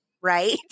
right